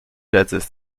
jadis